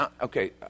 okay